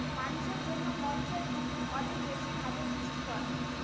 মানুষের জন্য মহিষের দুধ অনেক বেশি ভাবে পুষ্টিকর